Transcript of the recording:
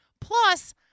Plus